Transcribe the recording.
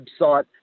website